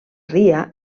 ria